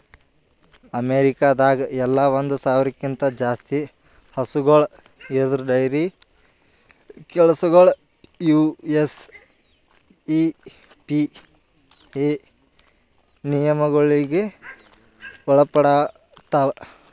ಅಮೇರಿಕಾದಾಗ್ ಎಲ್ಲ ಒಂದ್ ಸಾವಿರ್ಕ್ಕಿಂತ ಜಾಸ್ತಿ ಹಸುಗೂಳ್ ಇರದ್ ಡೈರಿ ಕೆಲಸಗೊಳ್ ಯು.ಎಸ್.ಇ.ಪಿ.ಎ ನಿಯಮಗೊಳಿಗ್ ಒಳಪಡ್ತಾವ್